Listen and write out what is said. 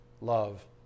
love